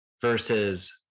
versus